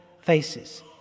faces